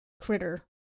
critter